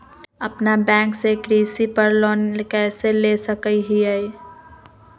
अपना बैंक से कृषि पर लोन कैसे ले सकअ हियई?